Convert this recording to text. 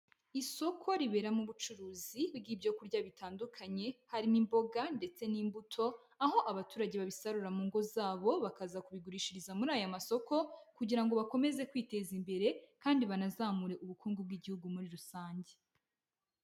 Isoko riberamo ubucuruzi bw'ibyo kurya bitandukanye, harimo imboga ndetse n'imbuto, aho abaturage babisarura mu ngo zabo bakaza kubigurishiriza muri aya masoko kugira ngo bakomeze kwiteza imbere kandi banazamure ubukungu bw'igihugu muri rusange.